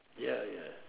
ya ya